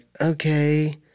Okay